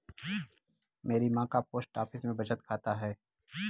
मेरी मां का पोस्ट ऑफिस में बचत खाता है